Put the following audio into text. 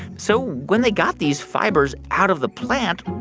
so when they got these fibers out of the plant,